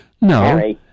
No